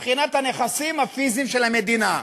מבחינת הנכסים הפיזיים של המדינה,